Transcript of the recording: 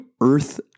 earth